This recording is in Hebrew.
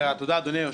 תודה, אדוני היושב-ראש.